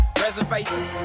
reservations